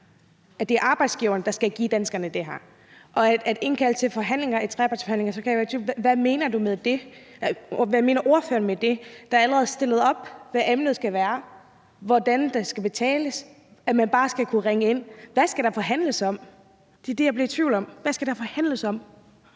det altså er arbejdsgiverne, der skal give det her. I forhold til det her med at indkalde til trepartsforhandlinger kan jeg blive i tvivl om, hvad ordføreren mener med det. Der er allerede stillet op, hvad emnet skal være, hvordan det skal betales, at man bare skal kunne ringe ind. Hvad skal der forhandles om? Det er det, jeg bliver i tvivl om: Hvad skal der forhandles om?